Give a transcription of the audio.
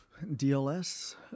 DLS